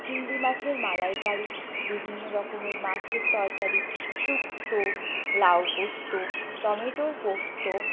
চিংড়ি মাছের মালাইকারি বিভিন্ন রকমের মাছের তরকারি শুক্তো লাউ পোস্ত টমেটোর পোস্ত